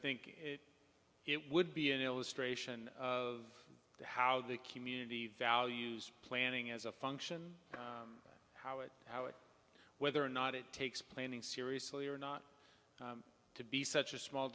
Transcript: think it would be an illustration of how the community values planning as a function how it how it whether or not it takes planing seriously or not to be such a small